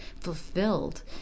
fulfilled